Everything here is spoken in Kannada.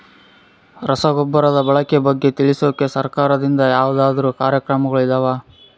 ರಸಗೊಬ್ಬರದ ಬಳಕೆ ಬಗ್ಗೆ ತಿಳಿಸೊಕೆ ಸರಕಾರದಿಂದ ಯಾವದಾದ್ರು ಕಾರ್ಯಕ್ರಮಗಳು ಇದಾವ?